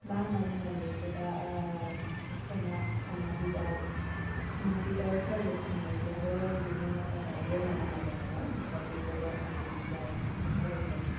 मा होन्ना बुगोन बेखौ दा खोमा खोमा बिबार खोमा बिबारफोर संनायखौबो बिदिनो रोङामोन आरो आङो ओमफ्राय बेखौबो आंनि बिखुनजो आइआनो आंखौ फोरोंदों